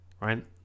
right